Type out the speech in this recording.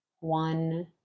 one